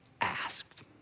asked